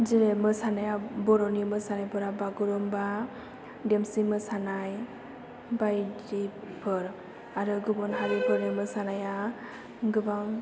जेरै मोसानायाव बर'नि मोसानायफोरा बागुरुमबा देमसि मोसानाय बायदिफोर आरो गुबुन हारिफोरनि मोसानाया गोबां